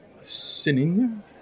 sinning